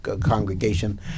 congregation